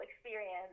experience